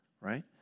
right